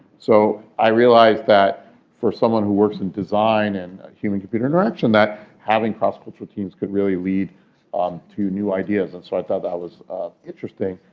so i realized that for someone who works in design and human computer interaction that having cross-cultural teams could really lead um to new ideas. and so i thought that was interesting.